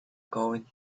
going